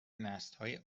نسلهای